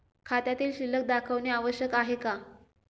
खात्यातील शिल्लक दाखवणे आवश्यक आहे का?